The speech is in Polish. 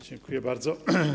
Dziękuję bardzo.